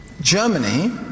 Germany